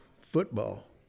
football